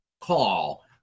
call